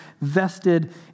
vested